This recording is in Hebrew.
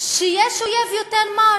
שיש אויב יותר מר.